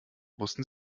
wussten